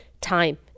time